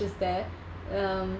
just there um